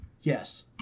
yes